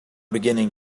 beginning